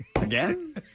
Again